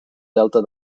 delta